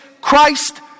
Christ